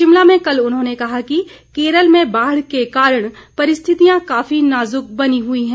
शिमला में कल उन्होंने कहा कि केरल में बाढ़ के कारण परिस्थितियां काफी नाजुक बनी हुई है